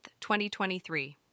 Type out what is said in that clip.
2023